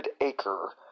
acre